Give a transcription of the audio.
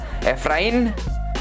Efrain